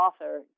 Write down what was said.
author